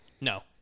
No